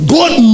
God